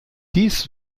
dies